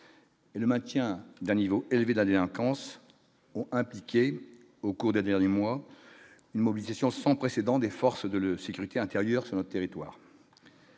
Et le maintien d'un niveau élevé de la délinquance impliqué au cours des derniers mois, une mobilisation sans précédent des forces de la sécurité intérieure, sur le territoire.